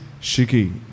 Shiki